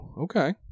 okay